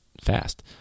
fast